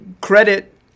credit